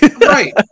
right